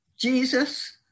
Jesus